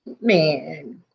Man